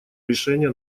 решения